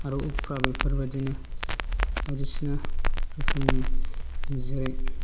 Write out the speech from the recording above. आरो उफ्रा बेफोर बायदिनो बायदिसिना रोखोमनि जेरै